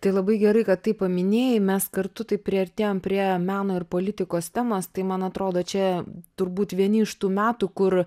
tai labai gerai kad tai paminėjai mes kartu taip priartėjom prie meno ir politikos temos tai man atrodo čia turbūt vieni iš tų metų kur